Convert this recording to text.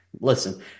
listen